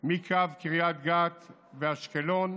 מקו קריית גת ואשקלון